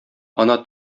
ана